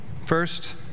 first